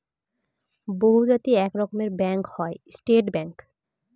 বহুজাতিক এক রকমের ব্যাঙ্ক হয় স্টেট ব্যাঙ্ক